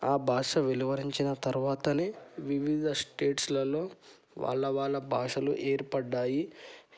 ఆ భాష వెలువరించిన తరువాతనే వివిధ స్టేట్స్లలో వాళ్ళ వాళ్ళ భాషలు ఏర్పడ్డాయి